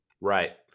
Right